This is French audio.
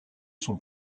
son